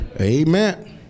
Amen